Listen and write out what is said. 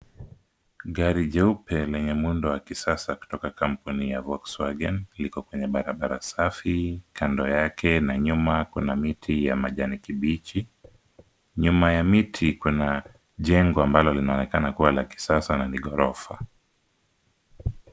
Gari jeupe lenye muundo wa kisasa kutoka kampuni ya Volkswagen liko kwenye barabara safi. Kando yake na nyuma kuna miti ya majani kibichi. Nyuma ya miti kuna jengo ambalo linaonekana kuwa la kisasa na ni ghorofa.